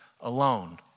alone